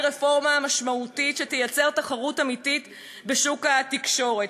רפורמה משמעותית שתייצר תחרות אמתית בשוק התקשורת.